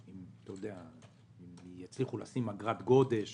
אם יצליחו לשים אגרת גודש